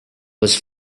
was